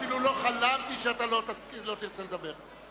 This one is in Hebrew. אפילו לא חלמתי שאתה לא תרצה לדבר.